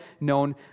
known